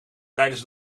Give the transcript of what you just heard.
tijdens